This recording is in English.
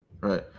Right